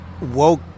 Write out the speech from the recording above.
woke